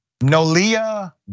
Nolia